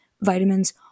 vitamins